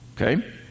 Okay